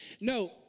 No